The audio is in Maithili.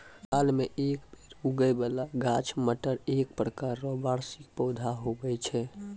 साल मे एक बेर उगै बाला गाछ मटर एक प्रकार रो वार्षिक पौधा हुवै छै